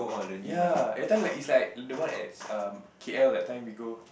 ya everything like is like the one at um K_L that time we go